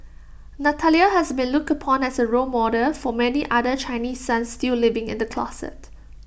Natalia has been looked upon as A role model for many other Chinese sons still living in the closet